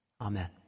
Amen